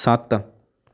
ਸੱਤ